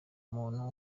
umuntu